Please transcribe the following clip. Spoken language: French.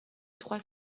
trois